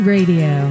Radio